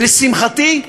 ולשמחתי,